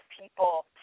people